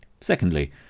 Secondly